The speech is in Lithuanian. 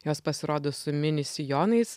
jos pasirodo su mini sijonais